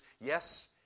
yes